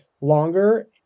longer